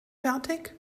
fertig